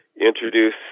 introduce